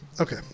Okay